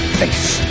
face